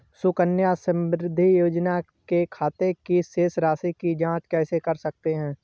सुकन्या समृद्धि योजना के खाते की शेष राशि की जाँच कैसे कर सकते हैं?